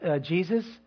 Jesus